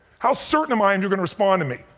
how certain am i and you're gonna respond to me?